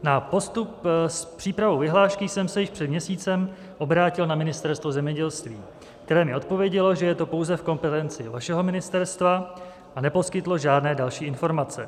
Na postup s přípravou vyhlášky jsem se již před měsícem obrátil na Ministerstvo zemědělství, které mi odpovědělo, že je to pouze v kompetenci vašeho ministerstva, a neposkytlo žádné další informace.